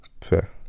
Fair